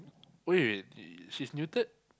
wait wait wait she she's neutered